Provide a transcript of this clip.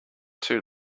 too